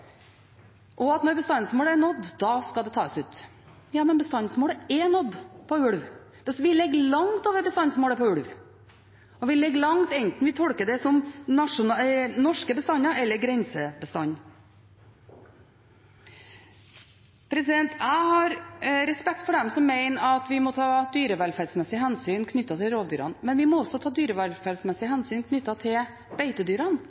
og at når bestandsmålet er nådd, skal det tas ut: Ja, men bestandsmålet er nådd på ulv. Vi ligger langt over bestandsmålet på ulv, og vi ligger langt over enten vi tolker det som norske bestander eller grensebestander. Jeg har respekt for dem som mener at vi må ta dyrevelferdsmessige hensyn knyttet til rovdyrene. Men vi må også ta dyrevelferdsmessige hensyn til beitedyrene